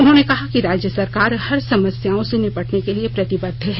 उन्होंने कहा कि राज्य सरकार हर समस्याओं से निपटने के लिए प्रतिबद्ध है